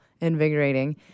invigorating